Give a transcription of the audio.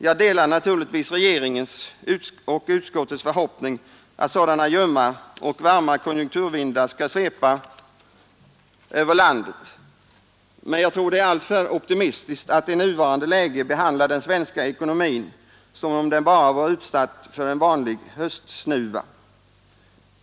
Jag delar naturligtvis regeringens och utskottets förhoppning att sådana ljumma och varma konjunkturvindar skall svepa över landet. Men jag tror det är alltför optimistiskt att i nuvarande läge behandla den svenska ekonomin som om den bara vore utsatt för en vanlig höstsnuva.